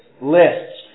lists